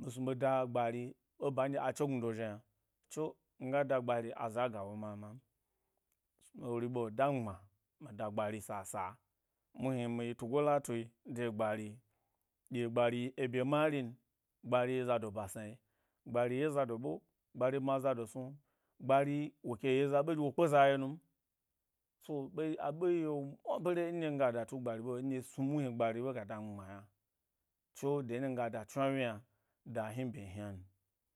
mi snu ɓe da gbari eba nɗye a chegnudo zhi’o yna, tso miga da gbari aza ga wo ma ma m. Ewori ɓe dami gbma mi da gbari sa’sa muhni mi yi tugo latuyi de gbari ɗye gbari yi eɓyemarin gbari yi zado basnayi, gbari ye zado ɓe gbari bmaza snu gbari, wok e ye za ɓe, wo kpe za ye num so, ɓe, aɓe yi’o mwa bare nɗye nga da tu e gbari ɓe nɗye snu muhni gbni ɓe go dami gbma yni tso de demiga da chnwawi yna da hni bye hnan.